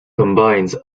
combines